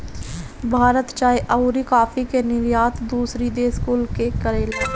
भारत चाय अउरी काफी के निर्यात दूसरी देश कुल के करेला